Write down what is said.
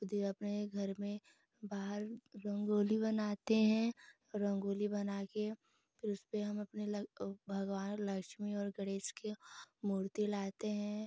उस दिन अपने घर में बाहर रंगोली बनाते हैं और रंगोली बनाकर फिर उसपर हम अपने भगवान लक्ष्मी और गणेश की मूर्ति लाते हैं